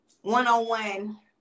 one-on-one